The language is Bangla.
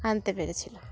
আনতে পেরেছিল